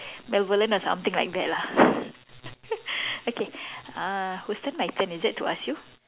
or something like that lah okay uh who's turn my turn is it to ask you